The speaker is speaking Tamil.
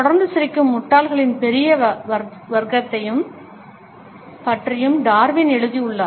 தொடர்ந்து சிரிக்கும் முட்டாள்களின் பெரிய வர்க்கத்தைப் பற்றியும் டார்வின் எழுதியுள்ளார்